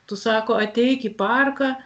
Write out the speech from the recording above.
tu sako ateik į parką